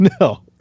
No